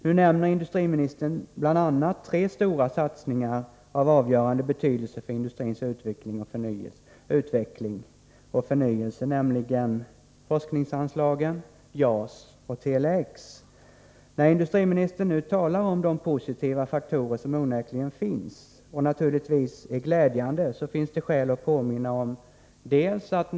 Nu nämner industriministern bl.a. tre stora satsningar av avgörande betydelse för industrins utveckling och förnyelse, nämligen forskningsanslagen, JAS och Tele-X. När industriministern nu talar om de positiva faktorer som onekligen finns och som naturligtvis är glädjande finns det skäl att påminna om några fakta.